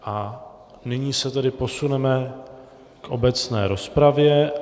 A nyní se tedy posuneme k obecné rozpravě.